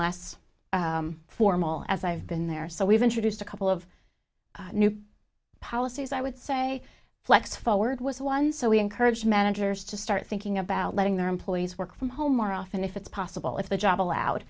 less formal as i've been there so we've introduced a couple of new policies i would say flex forward was a one so we encouraged managers to start thinking about letting their employees work from home more often if it's possible if the job allowed